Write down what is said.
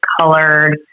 colored